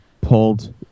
pulled